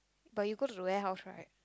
but you go to the warehouse right